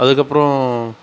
அதுக்கப்பறம்